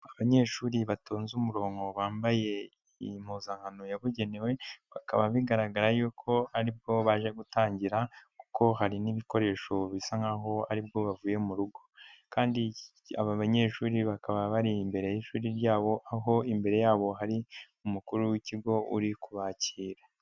Abanyeshuri batonze umurongo bambaye impuzankano yabugenewe, bakaba bigaragara yuko aribwo baje gutangira, kuko hari n'ibikoresho bisa nk'aho aribwo bavuye mu rugo, kandi aba banyeshuri bakaba bari imbere y'ishuri ryabo, aho imbere yabo hari umukuru w'ikigo uri kubakira.